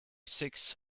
six